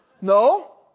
No